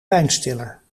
pijnstiller